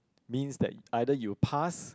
means that either you passed